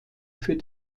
für